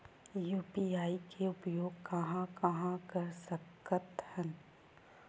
UPI के उपयोग कहां कहा कर सकत हन?